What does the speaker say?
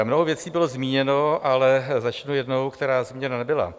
Mnoho věcí bylo zmíněno, ale začnu jednou, která zmíněna nebyla.